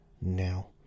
Now